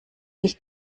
dich